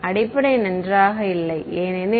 மாணவர் அடிப்படை நன்றாக இல்லை ஏனெனில்